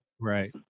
Right